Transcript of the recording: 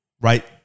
right